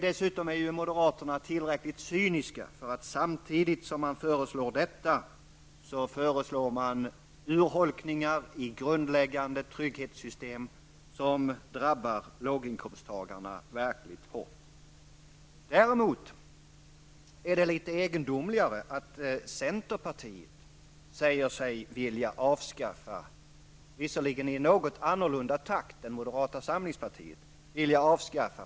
Dessutom är ju moderaterna tillräckligt cyniska för att samtidigt som man föreslår detta föreslå urholkningar i grundläggande trygghetssystem, som drabbar låginkomsttagarna verkligt hårt. Däremot är det litet egendomligt att centerpartiet säger sig vilja avskaffa förmögenhetsbeskattningen -- låt vara i någon annan takt än moderata samlingspartiet.